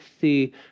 see